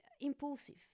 impulsive